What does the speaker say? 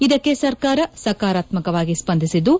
ಇದಕ್ಕೆ ಸರ್ಕಾರ ಸಕಾರಾತ್ಮಕವಾಗಿ ಸ್ಪಂದಿಸಿದ್ದು